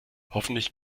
hoffentlich